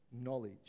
knowledge